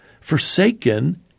forsaken